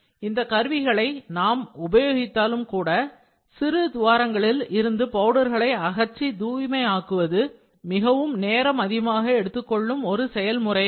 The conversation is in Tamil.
இந்த கருவிகளை நாம் உபயோகித்தாலும் கூட சிறு துவாரங்களில் இருந்து பவுடர்களை அகற்றி தூய்மை ஆக்குவது மிகவும் நேரம் அதிகமாக எடுத்துக் கொள்ளும் ஒரு செயல்முறையாகும்